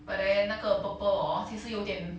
but then 那个 purple orh 其实有点